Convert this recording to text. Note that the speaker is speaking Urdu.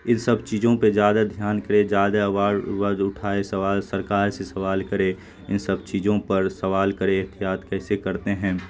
ان سب چیزوں پہ زیادہ دھیان کرے زیادہ آواز اٹھائے سوال سرکار سے سوال کرے ان سب چیزوں پر سوال کرے احتیاط کیسے کرتے ہیں